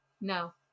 No